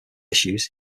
issues